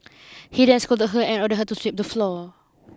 he then scolded her and ordered her to sweep the floor